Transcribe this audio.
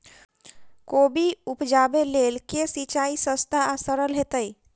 कोबी उपजाबे लेल केँ सिंचाई सस्ता आ सरल हेतइ?